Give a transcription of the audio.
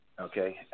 okay